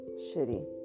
shitty